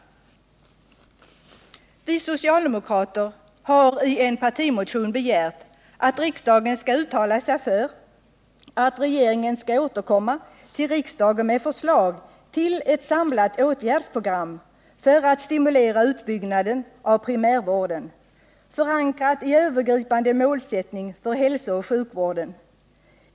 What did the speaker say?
Vi socialdemokrater har i en partimotion begärt att riksdagen skall uttala sig för att regeringen skall återkomma till riksdagen med förslag till ett samlat åtgärdsprogram för att stimulera utbyggnaden av primärvården, förankrat i en övergripande målsättning för hälsooch sjukvården.